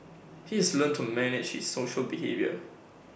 he has learnt to manage his social behaviour